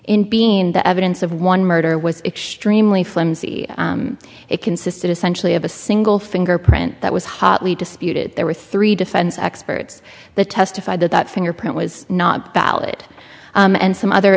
in being the evidence of one murder was extremely flimsy it consisted essential of a single fingerprint that was hotly disputed there were three defense experts that testified that that fingerprint was not valid and some other